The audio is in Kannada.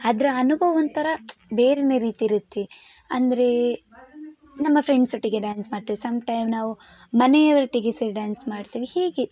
ಅದರ ಅನುಭವ ಒಂಥರ ಬೇರೇನೆ ರೀತಿ ಇರುತ್ತೆ ಅಂದರೆ ನಮ್ಮ ಫ್ರೆಂಡ್ಸ್ ಒಟ್ಟಿಗೆ ಡ್ಯಾನ್ಸ್ ಮಾಡ್ತೇವೆ ಸಮ್ ಟೈಮ್ ನಾವು ಮನೆಯವರೊಟ್ಟಿಗೆ ಸೇರಿ ಡಾನ್ಸ್ ಮಾಡ್ತೇವೆ ಹೀಗೆ